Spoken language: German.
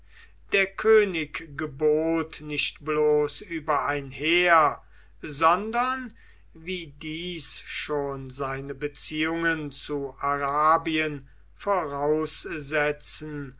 der könig gebot nicht bloß über ein heer sondern wie dies schon seine beziehungen zu arabien voraussetzen